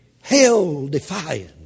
hell-defying